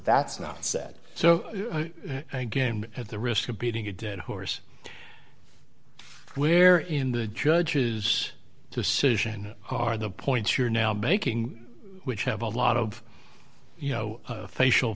that's not said so again at the risk of beating a dead horse where in the judges to sedition are the points you're now making which have a lot of you know facial